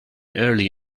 early